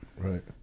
Right